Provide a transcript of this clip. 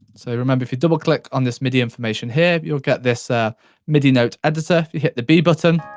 so remember, if you double-click on this midi information here, you'll get this ah midi note editor. you hit the b button.